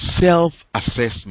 self-assessment